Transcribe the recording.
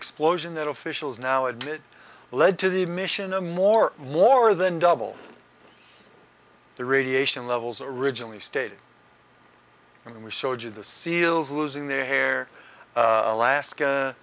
explosion that officials now admit led to the mission a more laurer than double the radiation levels originally stated when we showed you the seals losing their hair alaska